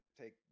take